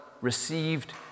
received